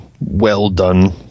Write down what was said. well-done